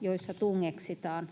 joissa tungeksitaan.